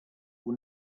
will